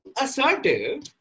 assertive